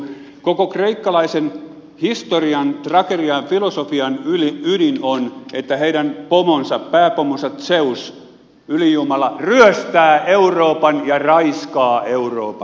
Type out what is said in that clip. koko kreikkalaisen historian tragedian ja filosofian ydin on että heidän pomonsa pääpomonsa zeus ylijumala ryöstää euroopan ja raiskaa euroopan